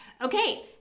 Okay